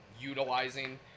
utilizing